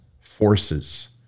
forces